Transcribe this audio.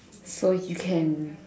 so you can